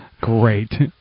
Great